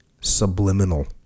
subliminal